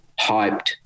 hyped